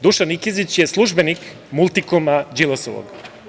Dušan Nikezić je službenik „Multikoma“ Đilasovog.